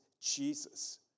Jesus